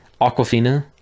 Aquafina